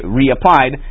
reapplied